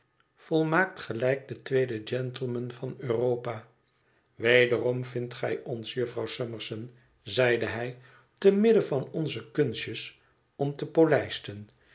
volmaakt gelijk de tweede gentleman van europa wederom vindt gij ons jufvrouw summerson zeide hij te midden van onze kunstjes om te polijsten